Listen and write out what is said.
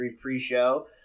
pre-show